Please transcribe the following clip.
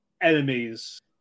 enemies